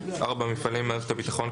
מפעלי מערכת הביטחון,